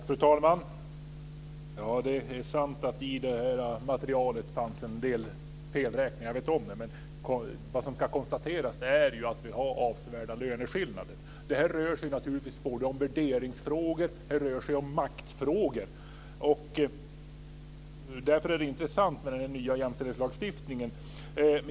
Fru talman! Det är sant att det i materialet fanns en del felräkningar. Vad som kan konstateras att vi har avsevärda löneskillnader. Det rör sig naturligtvis om värderingsfrågor, maktfrågor. Därför är det intressant med den nya jämställdhetslagen.